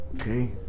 okay